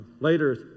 later